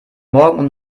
morgen